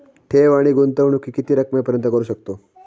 ठेव आणि गुंतवणूकी किती रकमेपर्यंत करू शकतव?